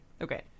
okay